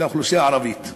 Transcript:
באוכלוסייה הערבית.